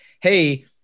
hey